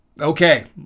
Okay